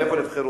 מאיפה נבחרו?